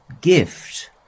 gift